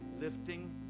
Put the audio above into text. lifting